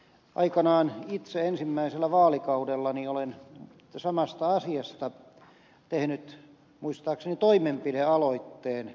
aikanaan itse ensimmäisellä vaalikaudellani olen samasta asiasta tehnyt muistaakseni toimenpidealoitteen